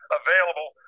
available